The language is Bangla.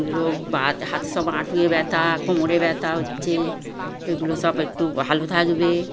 রোগ বা আত হাতে সব হাঁটুতে ব্যথা কোমরে ব্যথা হচ্ছে এগুলো সব একটু ভালো থাকবে